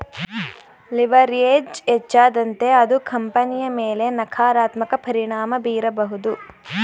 leverage ಹೆಚ್ಚಾದಂತೆ ಅದು ಕಂಪನಿಯ ಮೇಲೆ ನಕಾರಾತ್ಮಕ ಪರಿಣಾಮ ಬೀರಬಹುದು